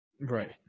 Right